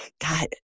God